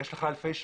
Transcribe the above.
יש לך אלפי שוטרים,